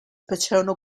paternal